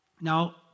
Now